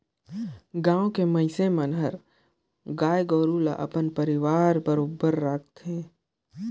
गाँव के मइनसे मन हर गाय गोरु ल अपन परवार बरोबर राखथे